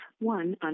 one